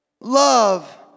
Love